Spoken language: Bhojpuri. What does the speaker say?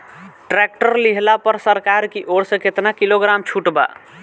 टैक्टर लिहला पर सरकार की ओर से केतना किलोग्राम छूट बा?